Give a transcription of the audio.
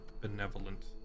benevolent